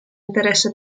interesse